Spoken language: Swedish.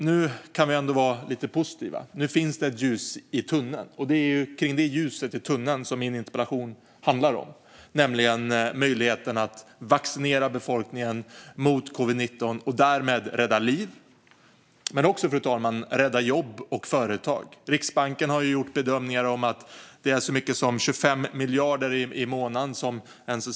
Nu finns det dock ett ljus i tunneln, och det är detta ljus min interpellation handlar om, nämligen möjligheten att vaccinera befolkningen mot covid-19 och därmed rädda liv men också jobb och företag. Riksbanken har bedömt att en försenad vaccination kostar 25 miljarder i månaden.